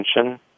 attention